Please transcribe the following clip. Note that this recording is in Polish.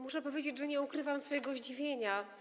Muszę powiedzieć, że nie ukrywam swojego zdziwienia.